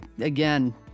again